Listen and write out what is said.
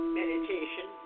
meditation